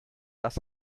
dass